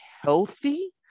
healthy